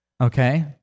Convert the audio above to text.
okay